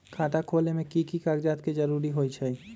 खाता खोले में कि की कागज के जरूरी होई छइ?